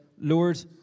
Lord